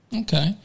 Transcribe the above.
Okay